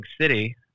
city